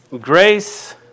grace